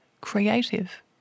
creative